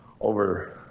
over